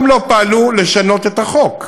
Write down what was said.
גם לא פעלו לשנות את החוק.